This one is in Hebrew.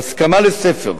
על הסכמה לספר.